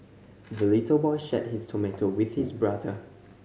the little boy shared his tomato with his brother